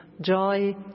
joy